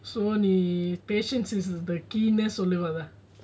so patience key nu சொல்லவர:solla vara